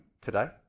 today